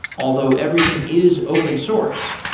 although everything is open source.